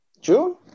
June